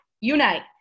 unite